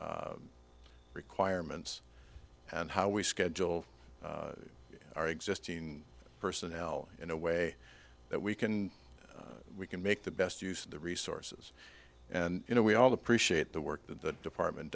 requirements and how we schedule our existing personnel in a way that we can we can make the best use of the resources and you know we all appreciate the work that the department